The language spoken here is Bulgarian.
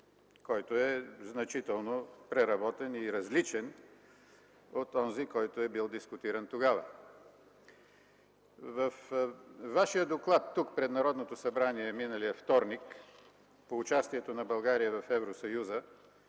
който е значително преработен и различен от онзи, който е бил дискутиран тогава. Във Вашия доклад тук пред Народното събрание миналия вторник по участието на България в Евросъюза,